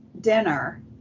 dinner